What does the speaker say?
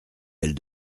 elle